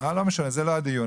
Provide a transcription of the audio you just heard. לא משנה, זה לא הדיון.